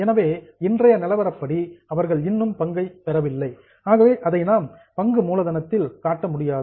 எனவே இன்றைய நிலவரப்படி அவர்கள் இன்னும் பங்கை பெறவில்லை ஆகவே அதை நாம் பங்கு மூலதனத்தில் காட்ட முடியாது